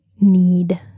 need